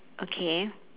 okay